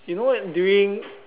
you know during